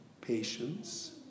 patience